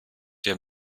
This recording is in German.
der